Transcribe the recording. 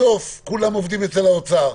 בסוף כולם עובדים אצל האוצר.